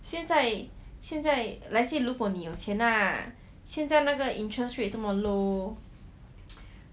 现在现在 let's say 如果你有钱 lah 现在那个 interest rate 这么 low